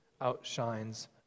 outshines